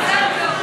מזל טוב.